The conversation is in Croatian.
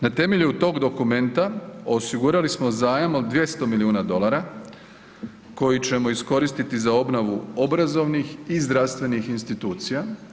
Na temelju tog dokumenta osigurali smo zajam od 200 milijuna dolara koji ćemo iskoristiti za obnovu obrazovnih i zdravstvenih institucija.